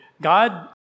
God